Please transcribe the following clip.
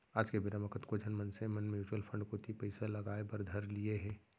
आज के बेरा म कतको झन मनसे मन म्युचुअल फंड कोती पइसा लगाय बर धर लिये हें